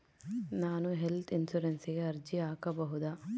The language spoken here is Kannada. ನಾನು ಹೆಲ್ತ್ ಇನ್ಶೂರೆನ್ಸಿಗೆ ಅರ್ಜಿ ಹಾಕಬಹುದಾ?